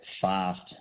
fast